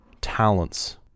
talents